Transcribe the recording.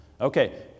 Okay